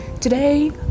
today